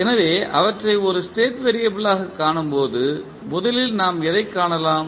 எனவே அவற்றை ஒரு ஸ்டேட் வெறியபிளாகக் காணும்போது முதலில் நாம் எதைக் காணலாம்